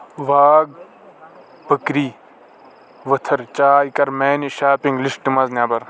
واگ بکری ؤتھر چاے کَر میانہِ شاپنگ لسٹ منٛز نٮ۪بر